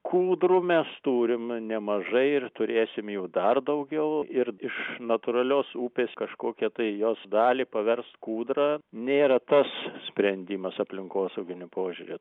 kūdrų mes turim nemažai ir turėsim jų dar daugiau ir iš natūralios upės kažkokią tai jos dalį paverst kūdra nėra tas sprendimas aplinkosauginiu požiūriu